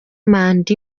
manda